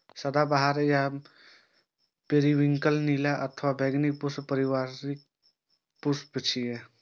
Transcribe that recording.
सदाबहार या पेरिविंकल नीला अथवा बैंगनी पुष्प परिवारक पुष्प छियै